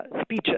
speeches